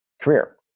career